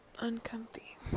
Uncomfy